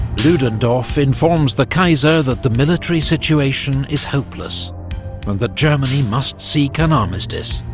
ludendorff informs the kaiser that the military situation is hopeless, and that germany must seek an armistice.